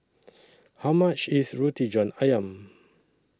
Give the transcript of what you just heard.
How much IS Roti John Ayam